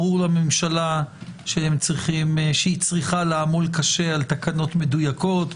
ברור לממשלה שהיא צריכה לעמול קשה על תקנות מדויקות,